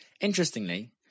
Interestingly